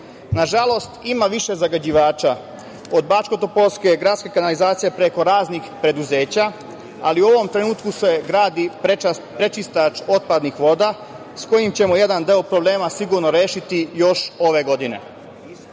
iste. Nažalost, ima više zagađivača, od Bačkotopolske gradske kanalizacije, preko raznih preduzeća, ali u ovom trenutku se gradi prečistač otpadnih voda sa kojim ćemo jedan deo problema sigurno rešiti još ove godine.Među